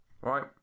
Right